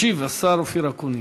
ישיב השר אופיר אקוניס.